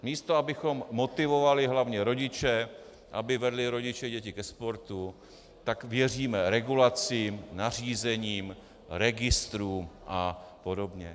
Místo abychom motivovali hlavně rodiče, aby vedli děti ke sportu, tak věříme regulacím, nařízením, registrům a podobně.